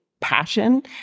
passion